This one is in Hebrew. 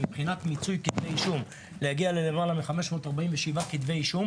מבחינת מיצוי כתבי אישום: להגיע ללמעלה מ-547 כתבי אישום